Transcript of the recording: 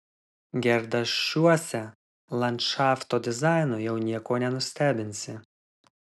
gerdašiuose landšafto dizainu jau nieko nenustebinsi